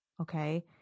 okay